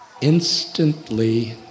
Instantly